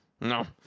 No